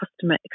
customer